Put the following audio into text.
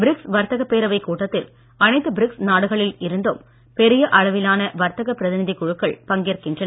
BRICS வர்த்தகப் பேரவைக் கூட்டத்தில் அனைத்து பிரிக்ஸ் நாடுகளில் இருந்தும் பெரிய அளவிலான வர்த்தக பிரதிநிதிக் குழுக்கள் பங்கேற்கின்றன